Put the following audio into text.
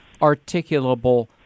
articulable